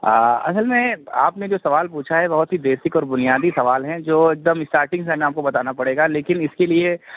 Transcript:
آ اصل میں آپ نے جو سوال پوچھا ہے بہت ہی بیسک اور بنیادی سوال ہیں جو ایک دم اسٹارٹنگ سے آپ کو بتانا پڑے گا لیکن اِس کے لیے